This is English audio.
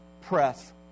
press